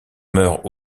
meurt